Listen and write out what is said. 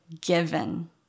given